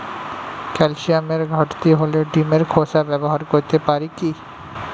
ক্যালসিয়ামের ঘাটতি হলে ডিমের খোসা ব্যবহার করতে পারি কি?